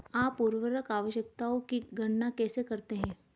आप उर्वरक आवश्यकताओं की गणना कैसे करते हैं?